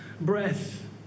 breath